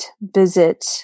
visit